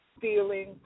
feeling